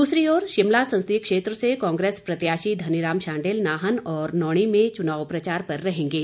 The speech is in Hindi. दूसरी ओर शिमला संसदीय क्षेत्र से कांग्रेस प्रत्याशी धनी राम शांडिल नाहन और नौणी में चुनाव प्रचार पर रहेंगे